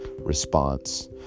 response